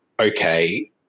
okay